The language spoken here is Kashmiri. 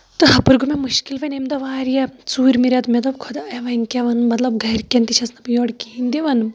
تہٕ ہُپٲری گوٚو مےٚ مشکل وۄنۍ اَمہِ دۄہ واریاہ ژوٗرِمہِ ریٚتہٕ مےٚ دوٚپ خۄدایا وۄنۍ کیاہ وَنہٕ مطلب گرِکٮ۪ن تہِ چھَس نہٕ بہٕ یورٕ کِہینۍ دِوان